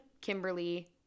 Kimberly